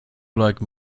like